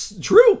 True